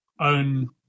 own